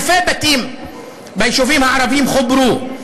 אלפי בתים ביישובים הערביים חוברו.